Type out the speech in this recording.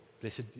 blessed